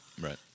right